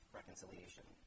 reconciliation